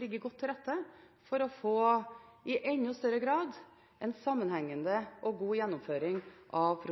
ligge godt til rette for å få i enda større grad en sammenhengende og god gjennomføring av